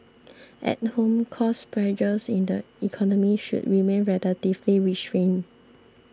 at home cost pressures in the economy should remain relatively restrained